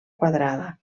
quadrada